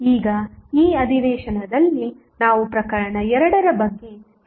ಈಗ ಈ ಅಧಿವೇಶನದಲ್ಲಿ ನಾವು ಪ್ರಕರಣ 2 ಬಗ್ಗೆ ಹೆಚ್ಚು ಚರ್ಚಿಸುತ್ತೇವೆ